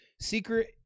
secret